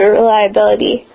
reliability